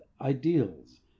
ideals